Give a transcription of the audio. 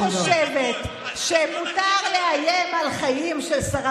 השב"כ לא אומר, מירב בן ארי,